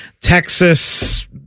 Texas